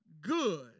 good